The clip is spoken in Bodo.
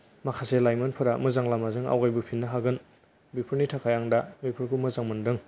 माखासे लाइमोनफोरा मोजां लामाजों आवगायबोफिननो हागोन बेफोरनि थाखाय आं दा बेफोरखौ मोजां मोन्दों